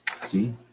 see